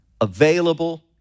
available